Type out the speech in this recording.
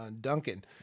Duncan